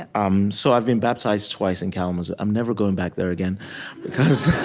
um so i've been baptized twice in kalamazoo. i'm never going back there again because